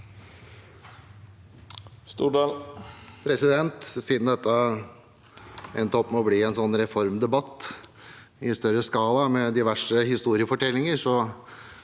Siden dette endte opp med å bli en sånn reformdebatt i større skala, med diverse historiefortellinger,